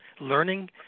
learning